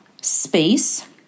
space